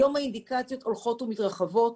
היום האינדיקציות הולכות ומתרחבות,